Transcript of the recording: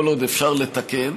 כל עוד אפשר לתקן.